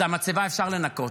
את המצבה אפשר לנקות,